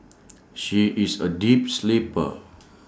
she is A deep sleeper